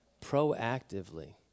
proactively